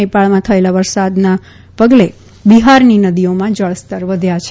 નેપાળમાં થયેલા ભારે વરસાદના પગલે બિહારની નદીઓમાં જળસ્તર વધ્યાં છે